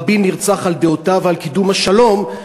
רבין נרצח על דעותיו על קידום השלום,